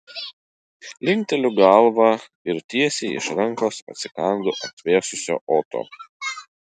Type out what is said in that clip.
linkteliu galvą ir tiesiai iš rankos atsikandu atvėsusio oto